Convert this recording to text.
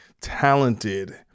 talented